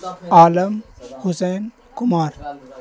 Alam Hussain Kumar